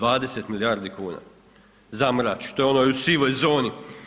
20 milijardi kuna, zamrači, to je ono u sivoj zoni.